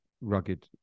rugged